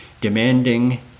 demanding